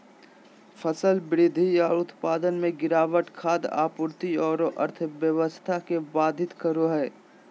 फसल वृद्धि और उत्पादन में गिरावट खाद्य आपूर्ति औरो अर्थव्यवस्था के बाधित करो हइ